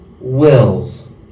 wills